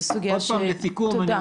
תודה.